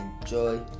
enjoy